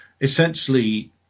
essentially